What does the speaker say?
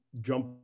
jump